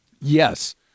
Yes